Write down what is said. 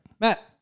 Matt